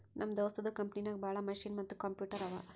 ನಮ್ ದೋಸ್ತದು ಕಂಪನಿನಾಗ್ ಭಾಳ ಮಷಿನ್ ಮತ್ತ ಕಂಪ್ಯೂಟರ್ ಅವಾ